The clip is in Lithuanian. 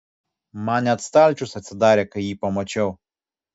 man net stalčius atsidarė kai jį pamačiau